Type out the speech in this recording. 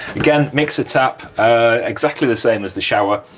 again, mixer tap exactly the same as the shower,